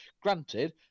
Granted